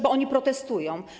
Bo oni protestują.